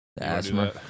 asthma